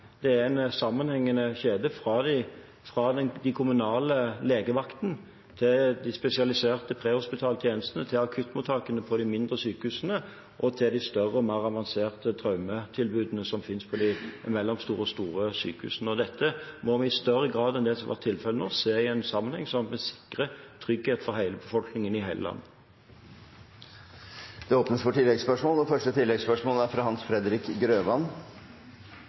Det er en sammenhengende kjede fra den kommunale legevakten til de spesialiserte prehospitale tjenestene til akuttmottakene på de mindre sykehusene og til de større og mer avanserte traumetilbudene som finnes på de mellomstore og store sykehusene. Dette må vi i større grad enn det som har vært tilfellet til nå, se i en sammenheng, slik at vi sikrer trygghet for befolkningen i hele landet. Det blir gitt anledning til oppfølgingsspørsmål – først Hans Fredrik Grøvan.